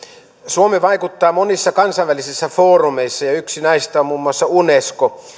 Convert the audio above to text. suomi vaikuttaa monissa kansainvälisissä foorumeissa ja yksi näistä on muun muassa unesco